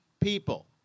people